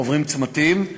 עוברים צמתים.